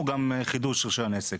או גם חידוש רישיון עסק?